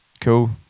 Cool